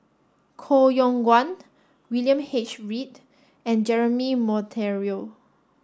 Koh Yong Guan William H Read and Jeremy Monteiro